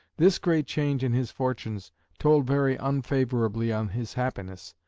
this great change in his fortunes told very unfavourably on his happiness,